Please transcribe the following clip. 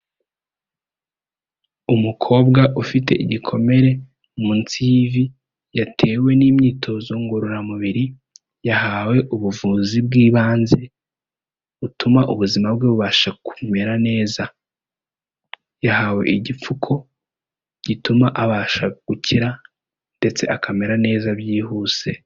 Umukobwa ufite igikomere munsi y'ivi yatewe n'imyitozo ngororamubiri yahawe ubuvuzi bw'ibanze butuma ubuzima bwe bubasha kumera neza, yahawe igipfuko gituma abasha gukira ndetse akamera neza byihuse.